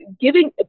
giving